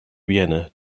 vienna